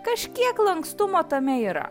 kažkiek lankstumo tame yra